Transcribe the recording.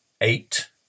eight